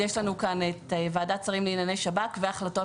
יש לנו כאן את ועדת שרים לענייני שב"כ והחלטות